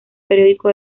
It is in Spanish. periódico